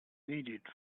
needed